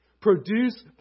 Produce